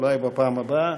אולי בפעם הבאה.